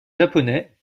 japonais